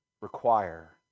require